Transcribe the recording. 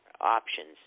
options